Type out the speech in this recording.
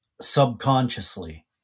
subconsciously